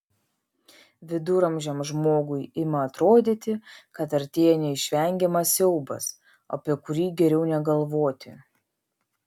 viduramžiui žmogui ima atrodyti kad artėja neišvengiamas siaubas apie kurį geriau negalvoti